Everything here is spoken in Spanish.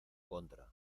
contra